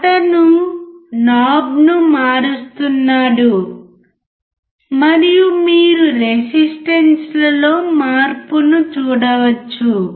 అతను నాబ్ ను మారుస్తున్నాడు మరియు మీరు రెసిస్టెన్స్ లో మార్పును చూడవచ్చు